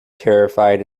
terrified